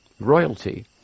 Royalty